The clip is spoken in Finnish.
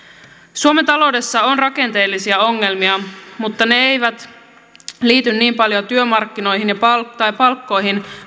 suomen taloudessa on rakenteellisia ongelmia mutta ne eivät liity niin paljon työmarkkinoihin tai palkkoihin